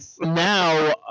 Now